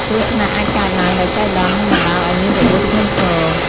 គ្រោះថ្នាក់អាចកើតឡើងដោយចៃដន្យនិងបណ្តាលឱ្យមានរបួសធ្ងន់ធ្ងរ។